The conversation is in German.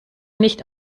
nicht